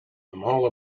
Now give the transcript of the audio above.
all